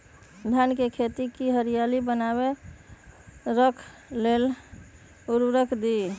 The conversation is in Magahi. धान के खेती की हरियाली बनाय रख लेल उवर्रक दी?